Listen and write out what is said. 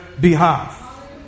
behalf